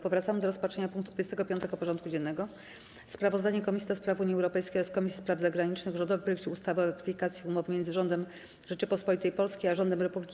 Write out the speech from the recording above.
Powracamy do rozpatrzenia punktu 25. porządku dziennego: Sprawozdanie Komisji do Spraw Unii Europejskiej oraz Komisji Spraw Zagranicznych o rządowym projekcie ustawy o ratyfikacji Umowy między Rządem Rzeczypospolitej Polskiej a Rządem Republiki